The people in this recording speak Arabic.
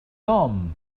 توم